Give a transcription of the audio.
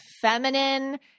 feminine